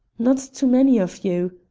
not too many of you,